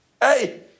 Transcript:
Hey